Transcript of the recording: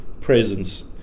presence